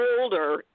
older